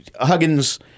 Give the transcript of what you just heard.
Huggins—